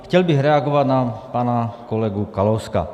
Chtěl bych reagovat na pana kolegu Kalouska.